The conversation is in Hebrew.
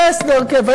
בהסדר קבע,